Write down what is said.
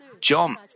John